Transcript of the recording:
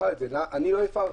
אני לא הפרתי".